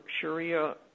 Sharia